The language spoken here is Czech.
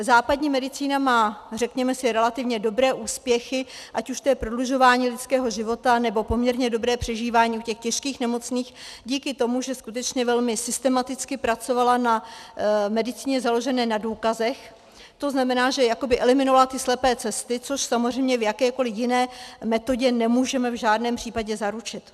Západní medicína má, řekněme si, relativně dobré úspěchy, ať už to je prodlužování lidského života, nebo poměrně dobré přežívání u těch těžkých nemocných díky tomu, že skutečně velmi systematicky pracovala na medicíně založené na důkazech, tzn. že jakoby eliminovala ty slepé cesty, což samozřejmě v jakékoli jiné metodě nemůžeme v žádném případě zaručit.